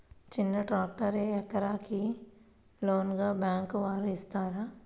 చిన్న ట్రాక్టర్ ఎవరికి లోన్గా బ్యాంక్ వారు ఇస్తారు?